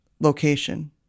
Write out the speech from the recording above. location